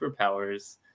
superpowers